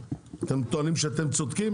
אתם טוענים שאתם צודקים,